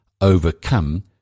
overcome